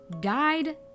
died